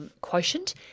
quotient